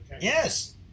Yes